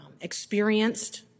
experienced